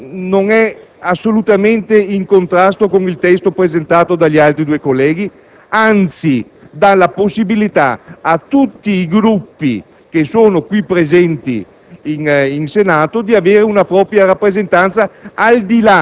Mi permetto di ripetere che esso non è assolutamente in contrasto con il testo presentato dagli altri due colleghi; anzi, dà la possibilità a tutti i Gruppi presenti